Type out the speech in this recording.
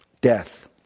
Death